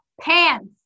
pants